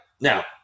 now